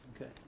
Okay